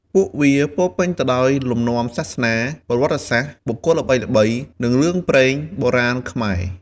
ពួកវាពោរពេញទៅដោយ លំនាំសាសនា ប្រវត្តិសាស្ត្រ បុគ្គលល្បីៗ និងរឿងព្រេងបុរាណខ្មែរ។